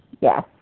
Yes